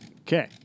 Okay